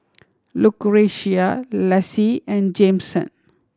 Lucretia Lassie and Jameson